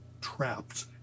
trapped